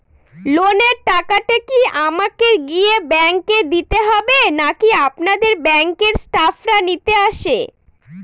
লোনের টাকাটি কি আমাকে গিয়ে ব্যাংক এ দিতে হবে নাকি আপনাদের ব্যাংক এর স্টাফরা নিতে আসে?